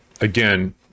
again